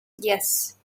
yes